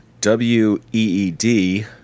W-E-E-D